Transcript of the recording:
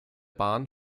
bahn